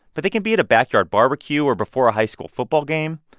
but they can be at a backyard barbecue or before a high school football game,